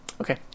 Okay